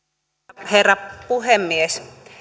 arvoisa herra puhemies